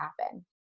happen